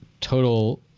total